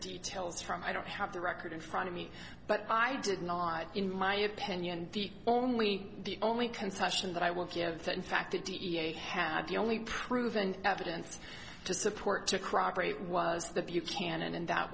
details from i don't have the record in front of me but i did not in my opinion the only the only concession that i will give that in fact it had the only proven evidence to support to cry operate was the buchanan and that